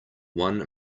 one